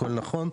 הכול נכון.